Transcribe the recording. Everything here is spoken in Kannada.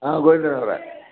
ಹಾಂ ಗೋವಿಂದನವರೆ